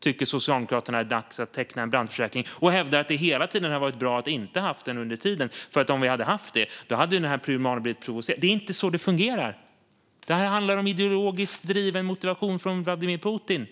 tycker Socialdemokraterna att det är dags att teckna en brandförsäkring och hävdar att det hela tiden har varit bra att inte ha haft en, för om vi hade haft en hade pyromanen blivit provocerad. Det är inte så det fungerar. Detta handlar om en ideologiskt driven motivation från Vladimir Putin.